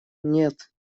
нет